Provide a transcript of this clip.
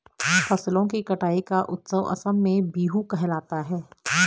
फसलों की कटाई का उत्सव असम में बीहू कहलाता है